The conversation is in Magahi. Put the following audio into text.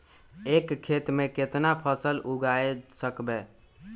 एक खेत मे केतना फसल उगाय सकबै?